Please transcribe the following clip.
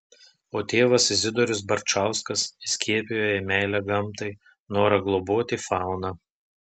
o tėvas izidorius barčauskas įskiepijo jai meilę gamtai norą globoti fauną